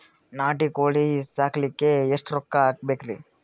ನಾಟಿ ಕೋಳೀ ಸಾಕಲಿಕ್ಕಿ ಎಷ್ಟ ರೊಕ್ಕ ಹಾಕಬೇಕ್ರಿ?